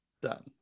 Done